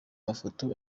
mafoto